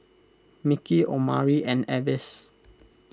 Mickey Omari and Avis